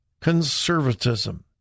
conservatism